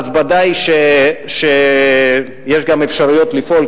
ודאי שיש גם אפשרויות לפעול,